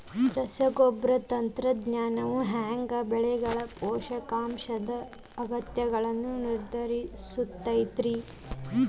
ರಸಗೊಬ್ಬರ ತಂತ್ರಜ್ಞಾನವು ಹ್ಯಾಂಗ ಬೆಳೆಗಳ ಪೋಷಕಾಂಶದ ಅಗತ್ಯಗಳನ್ನ ನಿರ್ಧರಿಸುತೈತ್ರಿ?